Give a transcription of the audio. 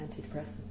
antidepressants